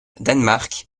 danemark